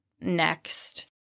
next